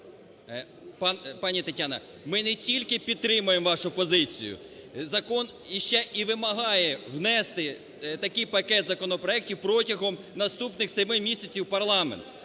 Пані Тетяна, ми не тільки підтримаємо вашу позицію, закон іще і вимагає внести такий пакет законопроектів протягом наступних 7 місяців у парламент.